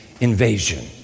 invasion